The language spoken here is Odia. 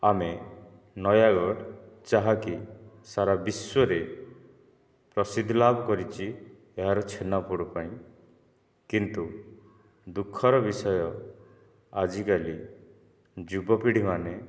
ଆମେ ନୟାଗଡ଼ ଯାହାକି ସାରା ବିଶ୍ଵରେ ପ୍ରସିଦ୍ଧ ଲାଭ କରିଛି ଏହାର ଛେନାପୋଡ଼ ପାଇଁ କିନ୍ତୁ ଦୁଃଖର ବିଷୟ ଆଜିକାଲି ଯୁବପିଢ଼ୀମାନେ